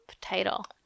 title